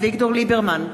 אביגדור ליברמן,